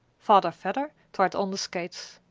father vedder tried on the skates.